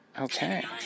Okay